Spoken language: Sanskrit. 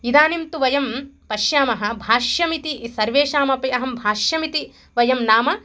इदानीं तु वयं पश्यामः भाष्यमिति सर्वेषामपि अहं भाष्यमिति वयं नाम